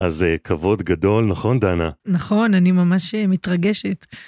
אז כבוד גדול, נכון, דנה? נכון, אני ממש... אה... מתרגשת.